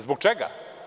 Zbog čega?